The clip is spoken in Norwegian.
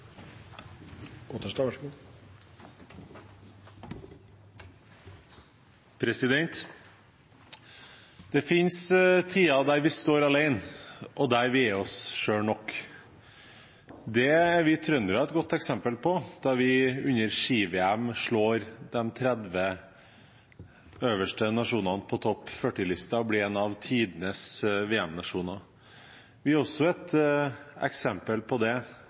oss selv nok. Det er vi trøndere et godt eksempel på, der vi under Ski-VM slår de 30 øverste nasjonene på topp 40-listen, og blir en av tidenes VM-nasjoner. Vi er også et eksempel på det